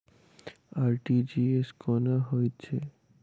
RTGS कोना होइत छै?